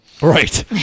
Right